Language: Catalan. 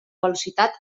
velocitat